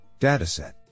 Dataset